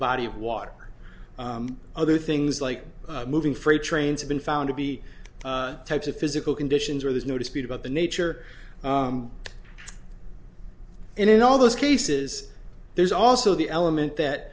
body of water or other things like moving freight trains have been found to be types of physical conditions where there's no dispute about the nature and in all those cases there's also the element that